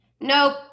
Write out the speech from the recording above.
Nope